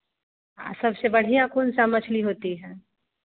सबसे बढ़िया कौनसा मछली होती है